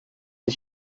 ich